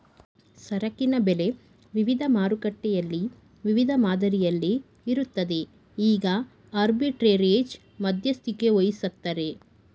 ಸರಕಿನ ಬೆಲೆ ವಿವಿಧ ಮಾರುಕಟ್ಟೆಯಲ್ಲಿ ವಿವಿಧ ಮಾದರಿಯಲ್ಲಿ ಇರುತ್ತದೆ ಈಗ ಆರ್ಬಿಟ್ರೆರೇಜ್ ಮಧ್ಯಸ್ಥಿಕೆವಹಿಸತ್ತರೆ